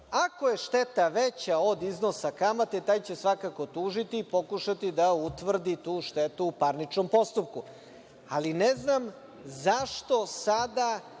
Ako je šteta veća od iznosa kamate, taj će svakako tužiti i pokušati da utvrdi tu štetu u parničnom postupku. Ali, ne znam zašto sada